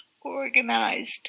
organized